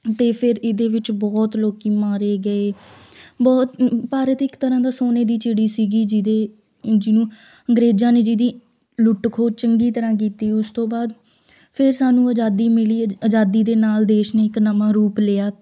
ਅਤੇ ਫਿਰ ਇਹਦੇ ਵਿੱਚ ਬਹੁਤ ਲੋਕੀ ਮਾਰੇ ਗਏ ਬਹੁਤ ਭਾਰਤ ਇੱਕ ਤਰ੍ਹਾਂ ਦਾ ਸੋਨੇ ਦੀ ਚਿੜੀ ਸੀਗੀ ਜਿਹਦੇ ਜਿਹਨੂੰ ਅੰਗਰੇਜ਼ਾਂ ਨੇ ਜਿਹਦੀ ਲੁੱਟ ਖੋਹ ਚੰਗੀ ਤਰ੍ਹਾਂ ਕੀਤੀ ਉਸ ਤੋਂ ਬਾਅਦ ਫਿਰ ਸਾਨੂੰ ਅਜ਼ਾਦੀ ਮਿਲੀ ਅਜ਼ ਅਜ਼ਾਦੀ ਦੇ ਨਾਲ ਦੇਸ਼ ਨੇ ਇੱਕ ਨਵਾਂ ਰੂਪ ਲਿਆ